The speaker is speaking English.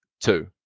two